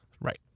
Right